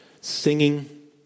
singing